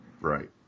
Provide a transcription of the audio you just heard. Right